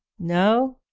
no,